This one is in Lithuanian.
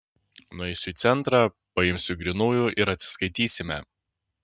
nueisiu į centrą paimsiu grynųjų ir atsiskaitysime